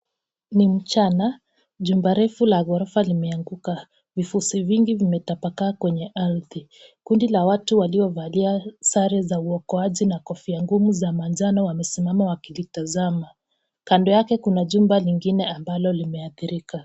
Ni mchana, jumba refu la ghorofa limeanguka, vifusi vingi vimetapakaa kwenye ardhi, kundi la watu waliovalia sare za uokoaji na kofia ngumu za manjano wamesimama wakilitazama. Kando yake kuna jumba lingine ambalo limeadhirika.